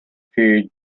period